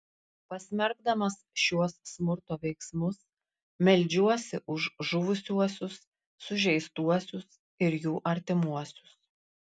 pasmerkdamas šiuos smurto veiksmus meldžiuosi už žuvusiuosius sužeistuosius ir jų artimuosius